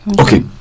Okay